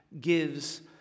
gives